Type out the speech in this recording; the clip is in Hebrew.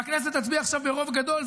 והכנסת תצביע עכשיו ברוב גדול.